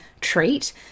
treat